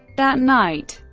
that night,